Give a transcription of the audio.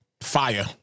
Fire